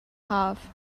haf